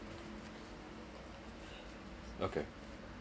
okay